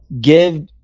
give